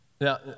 Now